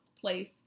place